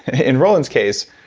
in roland's case,